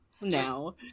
No